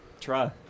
Try